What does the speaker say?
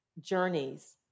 journeys